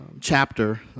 chapter